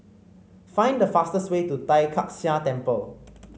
find the fastest way to Tai Kak Seah Temple